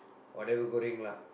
whatever goreng lah